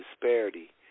disparity